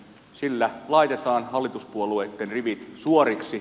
sillä laitetaan hallituspuolueitten rivit suoriksi